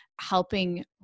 helping